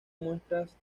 muestras